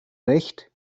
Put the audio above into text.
recht